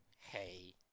hey